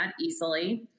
easily